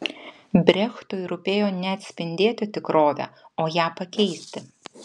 brechtui rūpėjo ne atspindėti tikrovę o ją pakeisti